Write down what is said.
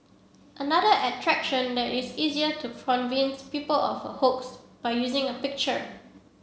another attraction that is easier to convince people of a hoax by using a picture